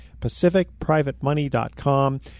PacificPrivateMoney.com